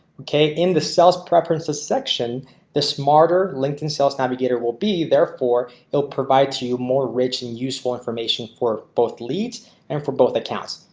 okay, in the sales preferences section the smarter linkedin sales navigator will be therefore it will provide to you more rich and useful information for both leads and for both accounts.